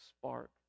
spark